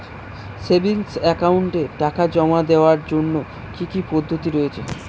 Savings একাউন্টে টাকা জমা দেওয়ার জন্য কি কি পদ্ধতি রয়েছে?